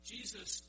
Jesus